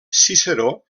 ciceró